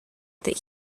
that